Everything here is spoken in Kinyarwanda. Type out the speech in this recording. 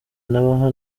nabaha